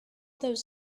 those